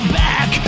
back